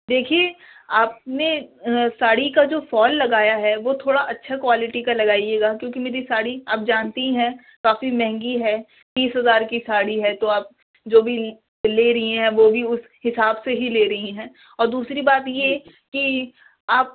دیکھیے آپ نے ساڑی کا جو فال لگایا ہے وہ تھوڑا اچھا کوالٹی کا لگائیے گا کیونکہ میری ساڑی آپ جانتی ہیں کافی مہنگی ہے تیس ہزار کی ساڑی ہے تو آپ جو بھی لے رہی ہیں وہ بھی اس حساب سے ہی لے رہی ہیں اور دوسری بات یہ کہ آپ